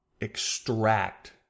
extract